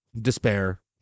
despair